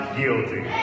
guilty